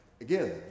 again